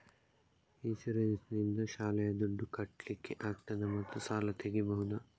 Insurance ನಿಂದ ಶಾಲೆಯ ದುಡ್ದು ಕಟ್ಲಿಕ್ಕೆ ಆಗ್ತದಾ ಮತ್ತು ಸಾಲ ತೆಗಿಬಹುದಾ?